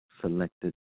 selected